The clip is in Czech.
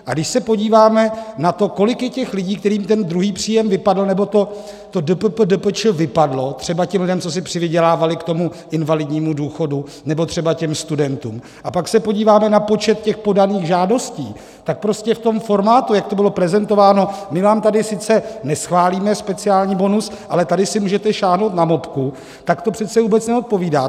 A když se podíváme na to, kolik je těch lidí, kterým ten druhý příjem vypadl, nebo to DPP, DPČ vypadlo třeba těm lidem, co si přivydělávali k tomu invalidnímu důchodu, nebo třeba těm studentům, a pak se podíváme na počet těch podaných žádostí, tak prostě v tom formátu, jak to bylo prezentováno my vám tady sice neschválíme speciální bonus, ale tady si můžete sáhnout na MOPku tak to přece vůbec neodpovídá.